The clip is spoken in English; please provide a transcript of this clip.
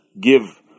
give